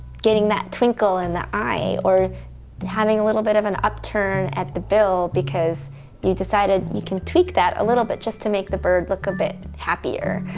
getting that twinkle in the eye, or having a little bit of an upturn at the bill, because you decided you can tweak that a little but just to make the bird look a bit happier,